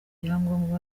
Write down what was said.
ibyangombwa